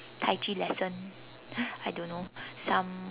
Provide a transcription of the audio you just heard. tai chi lesson I don't know some